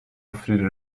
offrire